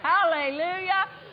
Hallelujah